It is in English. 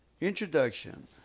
Introduction